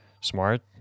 smart